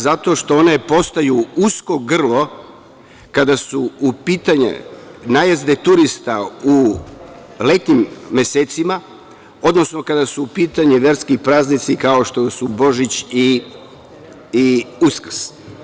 Zato što one postaju usko grlo kada su u pitanju najezde turista u letnjim mesecima, odnosno kada su u pitanju verski praznici kao što su Božić i Uskrs.